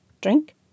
Drink